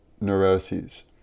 neuroses